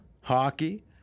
hockey